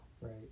Right